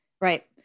right